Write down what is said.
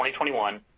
2021